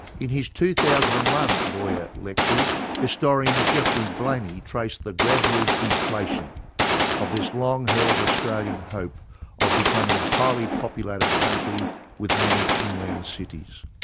in his two thousand and one boyer lectures, historian geoffrey blainey traced the gradual deflation of this long-held australian hope of becoming a highly populated country with many inland cities.